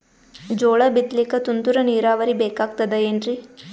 ಜೋಳ ಬಿತಲಿಕ ತುಂತುರ ನೀರಾವರಿ ಬೇಕಾಗತದ ಏನ್ರೀ?